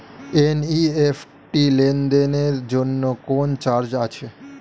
NEFT লেনদেনের জন্য কোন চার্জ আছে?